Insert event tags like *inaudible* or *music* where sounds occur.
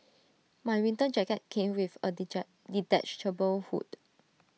my winter jacket came with A *unintelligible* detachable hood